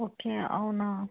okay అవునా